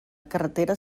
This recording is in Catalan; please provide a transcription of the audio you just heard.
carretera